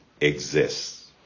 exists